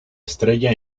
estrella